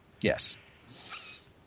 Yes